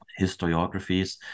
historiographies